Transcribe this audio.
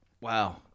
wow